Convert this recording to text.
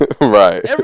Right